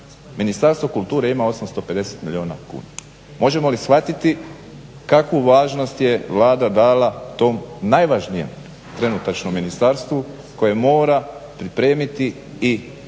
Ministarstvo kulture ima 850 milijuna kuna. Možemo li shvatiti kakvu važnost je Vlada dala tom najvažnijem trenutačno ministarstvu koje mora pripremiti i omogućiti